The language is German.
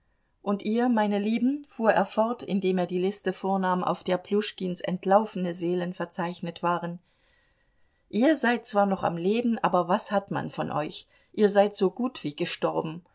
und ihr meine lieben fuhr er fort indem er die liste vornahm auf der pljuschkins entlaufene seelen verzeichnet waren ihr seid zwar noch am leben aber was hat man von euch ihr seid so gut wie gestorben